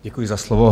Děkuji za slovo.